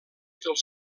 dels